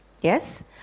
Yes